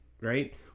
right